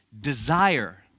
desire